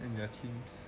in their teams